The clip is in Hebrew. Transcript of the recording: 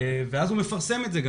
ואז הוא מפרסם את זה.